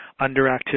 underactivity